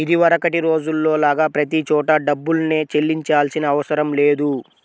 ఇదివరకటి రోజుల్లో లాగా ప్రతి చోటా డబ్బుల్నే చెల్లించాల్సిన అవసరం లేదు